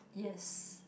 yes